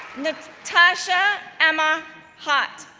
natassja emma haught,